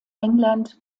england